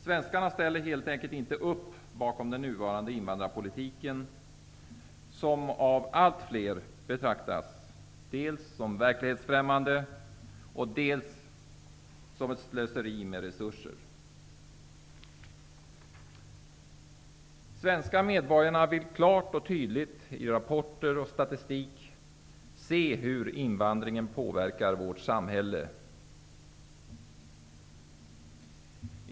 Svenskarna ställer helt enkelt inte upp bakom den nuvarande invandrarpolitiken, som av allt fler betraktas dels som verklighetsfrämmande, dels som ett slöseri med resurser. De svenska medborgarna vill klart och tydligt i rapporter och statistik se hur invandringen påverkar vårt samhälle.